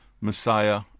Messiah